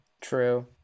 True